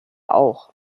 auch